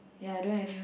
ya don't have